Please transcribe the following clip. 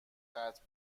قطع